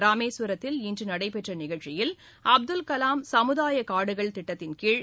ராமேஸ்வரத்தில் இன்று நடைபெற்ற நிகழ்ச்சியில் அப்துல்கலாம் சமுதாயக் காடுகள் திட்டத்தின்கீழ்